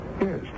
Yes